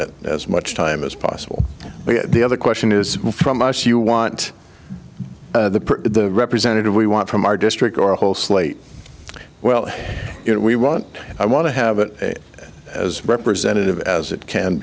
it as much time as possible but the other question is from us you want the representative we want from our district or a whole slate well we want i want to have it as representative as it can